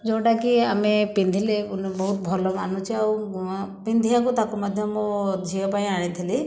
ଯେଉଁଟାକି ଆମେ ପିନ୍ଧିଲେ ବହୁତ ଭଲ ମାନୁଛି ଆଉ ପିନ୍ଧିବାକୁ ତାକୁ ମଧ୍ୟ ମୋ ଝିଅପାଇଁ ଆଣିଥିଲି